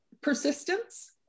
Persistence